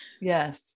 Yes